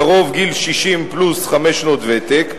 לרוב גיל 60 פלוס חמש שנות ותק,